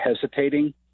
hesitating